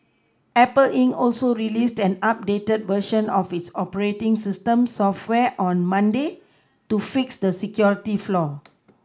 Apple inc also released an updated version of its operating system software on Monday to fix the security flaw